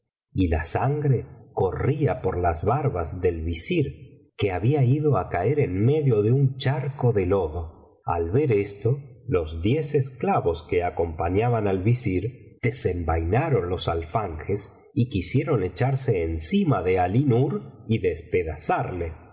y la sangre corría por las barbas del visir que había ido á caer en medio de un charco de lodo al ver esto los diez esclavos que acompañaban al visir desenvainaron los alfanjes y quisieron echarse encima de alí nur y despedazarle